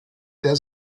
der